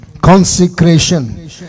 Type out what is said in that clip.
Consecration